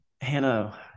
Hannah